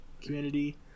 community